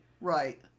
Right